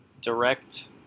direct